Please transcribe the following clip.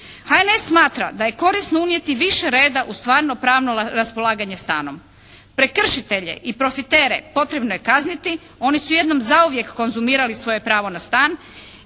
HNS smatra da je korisno unijeti više reda u stvarno pravno raspolaganje stanom. Prekršitelje i profitere potrebno je kazniti, oni su jednom zauvijek konzumirali svoje pravo na stan